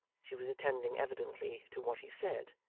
she was attending evidently to what he said.